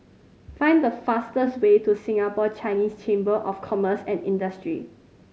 find the fastest way to Singapore Chinese Chamber of Commerce and Industry